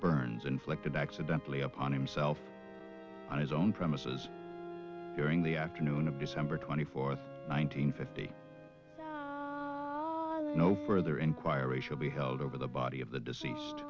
burns inflicted accidentally upon himself on his own premises during the afternoon of december twenty fourth one hundred fifty no further inquiry should be held over the body of the deceased